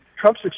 Trump's